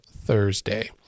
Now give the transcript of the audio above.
Thursday